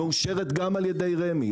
שמאושרת גם על ידי רמ"י,